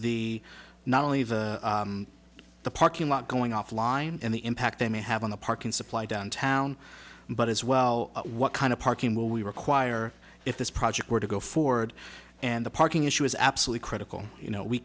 the not only of the parking lot going off line and the impact they may have on the parking supply downtown but as well what kind of parking will we require if this project were to go forward and the parking issue is absolutely critical you know we